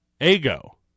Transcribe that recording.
Ego